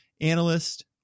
analyst